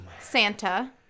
santa